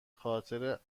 خاطر